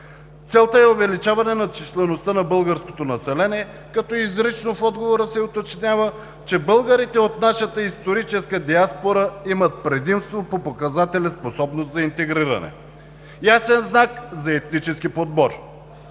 Целта е увеличаване на числеността на българското население, като изрично в отговора се уточнява, че българите от нашата историческа диаспора имат предимство по показателя „способност за интегриране“. Ясен знак за етнически подбор!